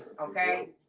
okay